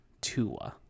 Tua